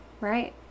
Right